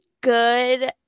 good